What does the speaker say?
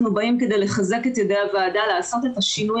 אנחנו באים כדי לחזק את ידי הוועדה לעשות את השינוי